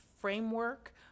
framework